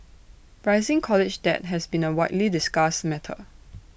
rising college debt has been A widely discussed matter